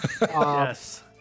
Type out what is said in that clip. Yes